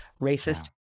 racist